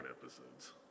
episodes